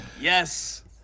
Yes